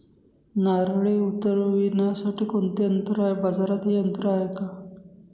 नारळे उतरविण्यासाठी कोणते यंत्र आहे? बाजारात हे यंत्र आहे का?